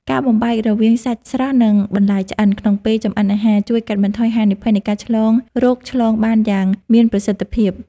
ការបំបែករវាងសាច់ស្រស់និងបន្លែឆ្អិនក្នុងពេលចម្អិនអាហារ ជួយកាត់បន្ថយហានិភ័យនៃការឆ្លងរោគឆ្លងបានយ៉ាងមានប្រសិទ្ធភាព។